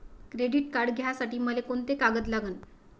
Credit card घ्यासाठी मले कोंते कागद लागन?